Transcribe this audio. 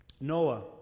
Noah